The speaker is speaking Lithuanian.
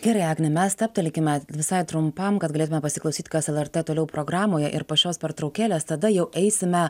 gerai agne mes stabtelėkime visai trumpam kad galėtume pasiklausyt kas lrt toliau programoje ir po šios pertraukėlės tada jau eisime